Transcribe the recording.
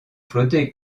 flotter